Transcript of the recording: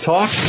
Talk